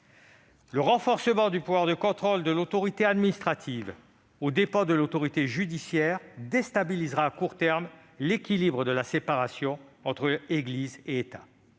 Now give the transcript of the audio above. Le renforcement du pouvoir de contrôle de l'autorité administrative, aux dépens de l'autorité judiciaire, déstabilisera à court terme l'équilibre de la séparation entre églises et État.